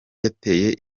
yateye